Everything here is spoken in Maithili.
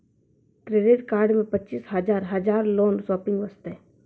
क्रेडिट कार्ड मे पचीस हजार हजार लोन शॉपिंग वस्ते?